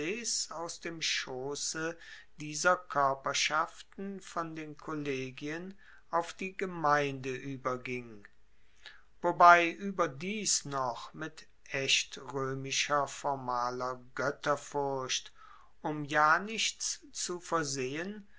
aus dem schosse dieser koerperschatten von den kollegien auf die gemeinde ueberging wobei ueberdies noch mit echt roemischer formaler goetterfurcht um ja nichts zu versehen